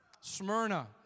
Smyrna